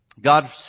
God